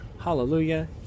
hallelujah